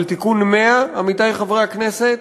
אבל תיקון 100, עמיתי חברי הכנסת,